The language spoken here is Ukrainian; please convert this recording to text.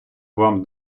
вам